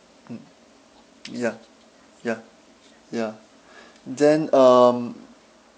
mm ya ya ya then um